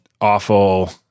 awful